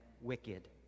wicked